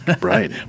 Right